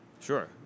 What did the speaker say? Sure